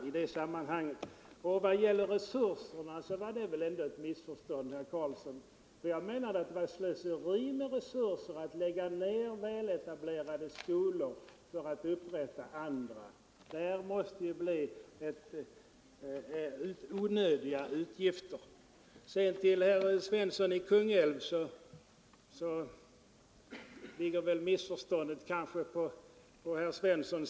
Vad resurserna beträffar har väl ändå ett missförstånd uppstått, herr Karlsson. Jag ansåg det vara slöseri med resurser att lägga ned etablerade skolor för att upprätta andra. Det måste medföra onödiga utgifter. När herr Svensson i Kungälv säger ”om kyrkogången vore obligatorisk”, etc.